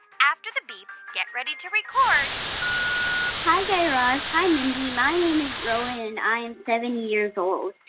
after the beep, get ready to record hi, guy raz. hi, mindy. my name is rowan, and i am seven years old.